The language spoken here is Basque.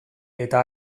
eta